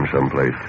someplace